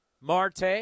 Marte